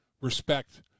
respect